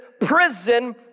prison